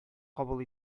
кабул